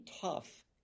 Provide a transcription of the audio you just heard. tough